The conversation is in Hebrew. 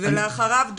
לאחריו,